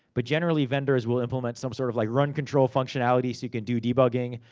but, generally, vendors will implement some sort of like run control functionality, so you could do debugging,